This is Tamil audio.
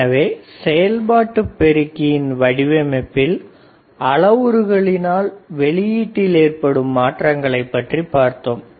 எனவே செயல்பாட்டு பெருக்கியின் வடிவமைப்பில் அளவுருகளினால் வெளியீட்டில் ஏற்படும் மாற்றங்களைப் பற்றி பார்த்தோம்